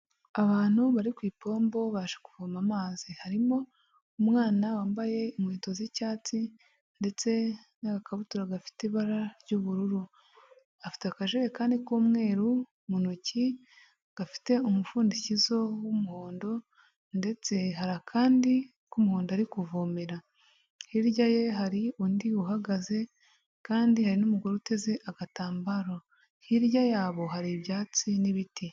Abantu bari ku ipombo baje kuvoma amazi, harimo umwana wambaye inkweto z'icyatsi ndetse n'agakabutura gafite ibara ry'ubururu, afite akajerekani k'umweru mu ntoki gafite umupfundikizo w'umuhondo ndetse hari akandi k'umuhondo ari kuvomera, hirya ye hari undi uhagaze kandi hari n'umugore uteze agatambaro, hirya yabo hari ibyatsi n'ibiti.